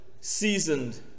seasoned